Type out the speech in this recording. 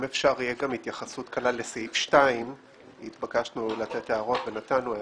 אם אפשר שתהיה התייחסות קלה גם לסעיף 2. נתבקשנו לתת הערות ונתנו הערות.